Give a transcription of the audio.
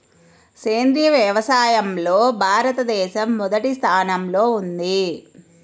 సేంద్రీయ వ్యవసాయంలో భారతదేశం మొదటి స్థానంలో ఉంది